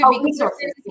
resources